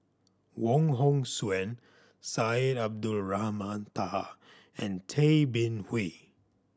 Wong Hong Suen Syed Abdulrahman Taha and Tay Bin Wee